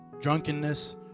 drunkenness